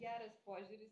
geras požiūris